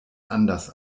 anders